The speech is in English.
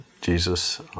Jesus